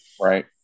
right